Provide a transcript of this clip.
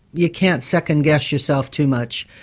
you can't second-guess yourself too much.